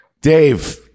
dave